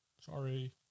Sorry